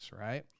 right